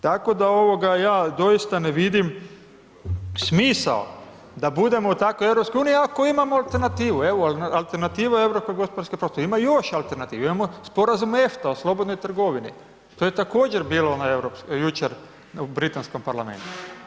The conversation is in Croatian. Tako da ovoga ja doista ne vidim smisao, da budemo tako u EU, ako imamo alternativu, evo, alternativu u europskom gospodarskom prostoru, ima još alternativa, imamo sporazum EFTA o slobodnoj trgovini, to je također bilo jučer u britanskom parlamentu.